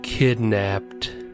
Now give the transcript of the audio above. KIDNAPPED